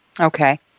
Okay